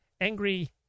angry